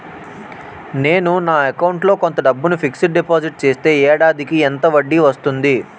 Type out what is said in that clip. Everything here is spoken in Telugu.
నేను నా అకౌంట్ లో కొంత డబ్బును ఫిక్సడ్ డెపోసిట్ చేస్తే ఏడాదికి ఎంత వడ్డీ వస్తుంది?